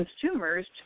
consumers